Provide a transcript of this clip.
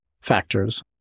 factors